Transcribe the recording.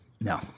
No